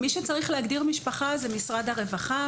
מי שצריך להגדיר משפחה זה משרד הרווחה,